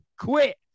quit